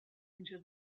into